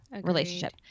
relationship